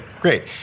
great